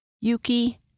Yuki